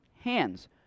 hands